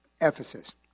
Ephesus